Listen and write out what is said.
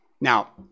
Now